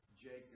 Jacob